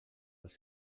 els